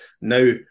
Now